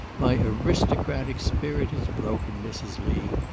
my aristocratic spirit is broken, mrs. lee.